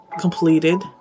completed